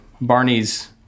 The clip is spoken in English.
Barney's